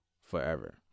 forever